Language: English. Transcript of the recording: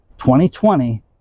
2020